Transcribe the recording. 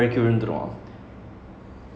not directly at him but like okay ya